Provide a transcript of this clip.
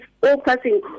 focusing